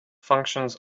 functions